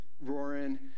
roaring